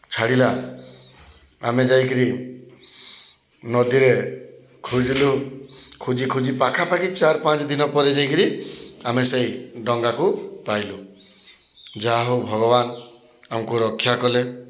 ଛାଡ଼ିଲା ଆମେ ଯାଇକିରି ନଦୀରେ ଖୁଜ୍ଲୁ ଖୁଜି ଖୁଜି ପାଖାପାଖି ଚାର୍ ପାଞ୍ଚ୍ ଦିନ ପରେ ଯାଇକିରି ଆମେ ସେ ଡ଼ଙ୍ଗାକୁ ପାଇଲୁ ଯାହା ହଉ ଭଗ୍ବାନ୍ ଆମ୍କୁ ରକ୍ଷା କଲେ